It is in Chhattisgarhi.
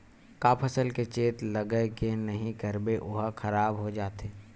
का फसल के चेत लगय के नहीं करबे ओहा खराब हो जाथे?